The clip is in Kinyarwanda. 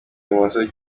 ibumoso